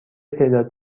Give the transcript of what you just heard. تعداد